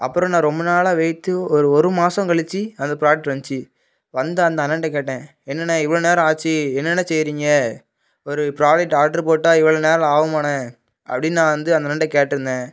அப்புறம் நான் ரொம்ப நாள் ஒரு ஒரு மாதம் கழிச்சி அந்தப் ப்ராடக்ட் வந்துச்சி வந்த அந்த அண்ணன்ட்டே கேட்டேன் என்னண்ணா இவ்வளோ நேரம் ஆச்சு என்னண்ணா செய்கிறீங்க ஒரு ப்ராடக்ட் ஆட்ரு போட்டால் இவ்வளோ நேரம் ஆகுமாண்ணா அப்படின்னு நான் வந்து அந்த அண்ணன்ட்டே கேட்டுருந்தேன்